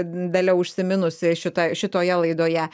dalia užsiminusi šita šitoje laidoje